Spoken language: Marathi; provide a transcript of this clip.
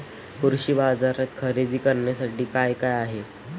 कृषी बाजारात खरेदी करण्यासाठी काय काय आहे?